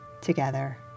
together